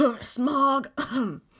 smog